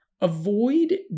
avoid